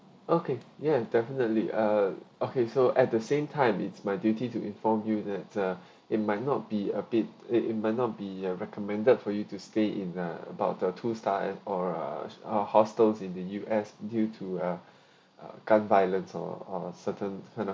okay yeah definitely uh okay so at the same time it's my duty to inform you that the it might not be a bit it it might not be uh recommended for you to stay in uh about the two star and or s~ or hostels in the U_S due to uh uh gun violence or or certain kind of